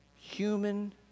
human